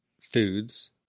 foods